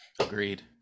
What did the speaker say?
Agreed